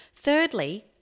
Thirdly